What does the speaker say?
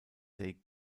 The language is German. state